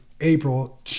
april